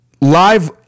live